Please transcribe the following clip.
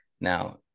Now